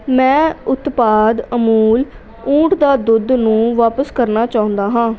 ਮੈਂ ਉਤਪਾਦ ਅਮੂਲ ਊਠ ਦਾ ਦੁੱਧ ਨੂੰ ਵਾਪਸ ਕਰਨਾ ਚਾਹੁੰਦਾ ਹਾਂ